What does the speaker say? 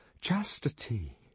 chastity